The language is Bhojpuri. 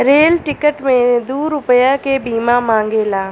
रेल टिकट मे दू रुपैया के बीमा मांगेला